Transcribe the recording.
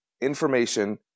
information